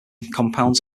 compounds